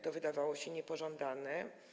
To wydawało się niepożądane.